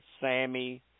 Sammy